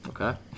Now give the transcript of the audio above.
Okay